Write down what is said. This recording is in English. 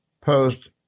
post